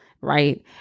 right